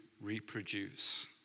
reproduce